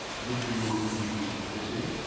would be an infringement of liberty.